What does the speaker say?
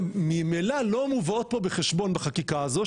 ממילא לא מובאות פה בחשבון בחקיקה הזו,